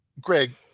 greg